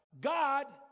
God